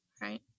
right